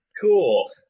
cool